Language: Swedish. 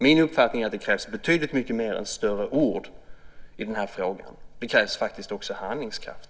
Min uppfattning är att det krävs betydligt mycket mer än större ord i de här frågorna. Det krävs också handlingskraft.